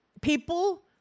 People